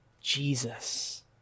Jesus